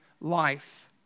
life